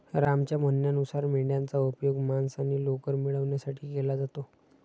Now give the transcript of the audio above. रामच्या म्हणण्यानुसार मेंढयांचा उपयोग मांस आणि लोकर मिळवण्यासाठी केला जातो